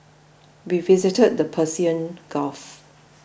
we visited the Persian Gulf